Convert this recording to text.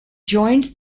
joined